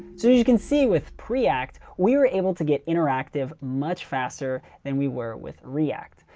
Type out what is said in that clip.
so as you can see with preact we were able to get interactive much faster than we were with react,